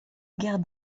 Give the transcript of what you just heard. guerre